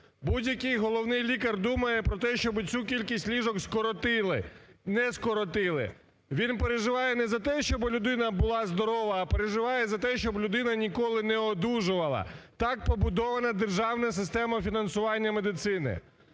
Будь-який головний лікар думає про те, щоб цю кількість ліжок скоротили, не скоротили. Він переживає не за те, щоб людина була здорова, а переживає за те, щоб людина ніколи не одужувала. Так побудована державна система фінансування медицини.